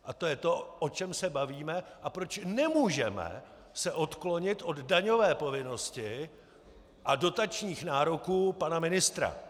A to je to, o čem se bavím a proč se nemůžeme odklonit od daňové povinnosti a dotačních nároků pana ministra.